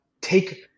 take